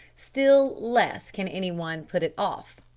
still less can any one put it off.